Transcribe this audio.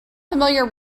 familiar